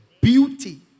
beauty